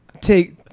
take